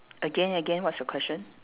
again again what's your question